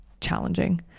challenging